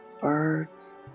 birds